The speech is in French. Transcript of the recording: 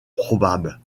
probables